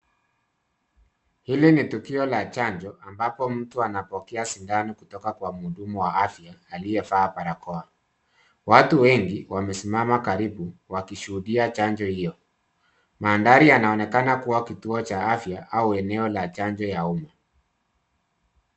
Hili ni tukio la chanjo, ambapo mtu anapokea sindano kutoka kwa mhudumu wa afya aliyevaa barakoa. Watu wengi wamesimama karibu wakishuhudia chanjo hiyo. Mandhari yanaonekana kuwa kituo cha afya au eneo la chanjo la umma.